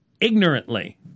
ignorantly